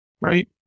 right